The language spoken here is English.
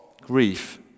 grief